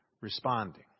Responding